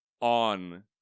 on